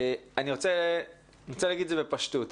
אני רוצה להגיד את זה בפשטות.